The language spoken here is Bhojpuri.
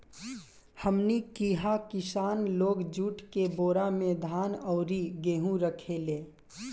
हमनी किहा किसान लोग जुट के बोरा में धान अउरी गेहू रखेले